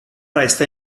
resta